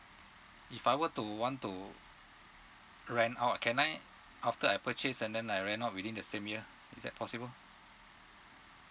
if I were to want to rent out can I after I purchase and then I rent out within the same year is that possible